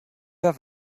have